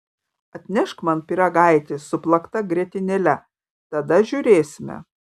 atnešk man pyragaitį su plakta grietinėle tada žiūrėsime